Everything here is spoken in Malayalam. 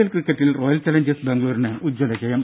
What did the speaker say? എൽ ക്രിക്കറ്റിൽ റോയൽ ചലഞ്ചേഴ്സ് ബാംഗ്ലൂരിന് ഉജ്ജ്വല ജയം